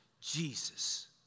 Jesus